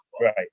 right